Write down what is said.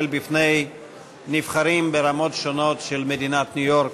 בפני נבחרים ברמות שונות של מדינת ניו-יורק.